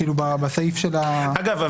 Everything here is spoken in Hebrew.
בסעיף של ה --- אגב,